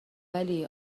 ولی